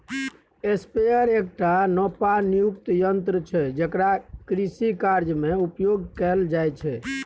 sprayer एकटा नोपानियुक्त यन्त्र छै जेकरा कृषिकार्यमे उपयोग कैल जाइत छै